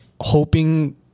hoping